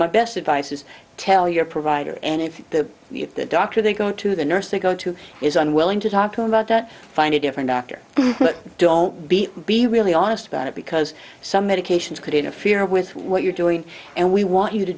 my best advice is tell your provider and if the doctor they go to the nurse to go to is unwilling to talk to about or find a different doctor but don't be be really honest about it because some medications could interfere with what you're doing and we want you to